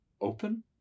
open